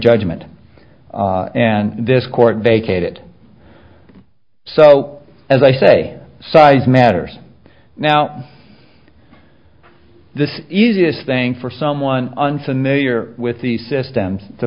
judgment and this court vacated so as i say size matters now this easiest thing for someone unfamiliar with the system to